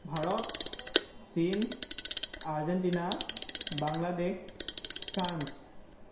ভাৰত চীন Argentina Bangladesh France